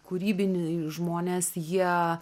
kūrybiniai žmonės jie